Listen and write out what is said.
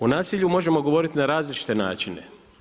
O nasilju možemo govoriti na različite načine.